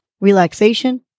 relaxation